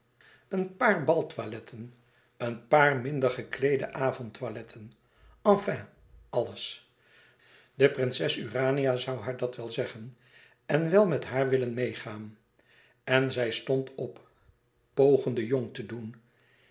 een paar baltoiletten een paar minder gekleede avondtoiletten enfin alles de prinses urania zoû haar dat wel zeggen en wel met haar willen meêgaan en zij stond op pogende jong te doen